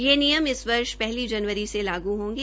ये नियम इस वर्ष पहली जनवरी से लागू होंगे